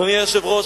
אדוני היושב-ראש,